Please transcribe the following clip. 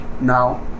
now